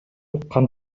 кан